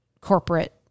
corporate